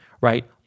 right